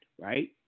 right